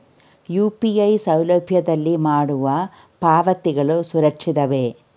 UPI ಸೌಲಭ್ಯದಲ್ಲಿ ಮಾಡುವ ಪಾವತಿಗಳು ಸುರಕ್ಷಿತವೇ?